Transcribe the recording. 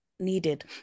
needed